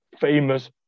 famous